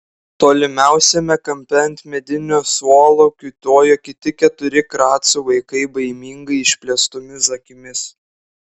tolimiausiame kampe ant medinio suolo kiūtojo kiti keturi kracų vaikai baimingai išplėstomis akimis